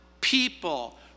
people